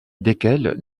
desquels